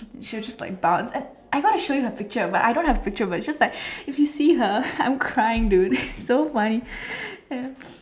she will just like bounce and I got to show you her picture but I don't have her picture but it's just like if you see her I am crying dude it's so funny ya